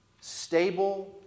stable